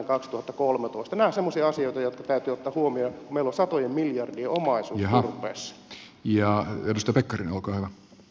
nämä ovat semmoisia asioita jotka täytyy ottaa huomioon kun meillä on satojen miljardien omaisuus turpeessa